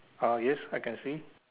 ah yes I can see